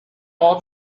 all